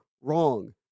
wrong